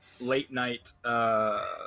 late-night